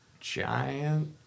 giant